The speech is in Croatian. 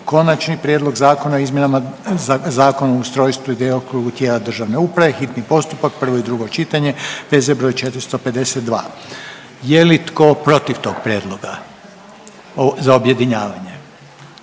i - Prijedlog zakona o izmjenama Zakona o ustrojstvu i djelokrugu tijela državne uprave, hitni postupak, prvo i drugo čitanje, P.Z. br. 452. Je li tko protiv tog prijedloga za objedinjavanje?